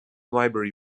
library